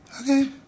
Okay